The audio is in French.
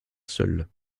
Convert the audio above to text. seule